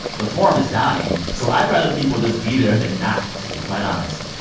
the forum is dying. so i'd rather people just be there than not, to be quite honest.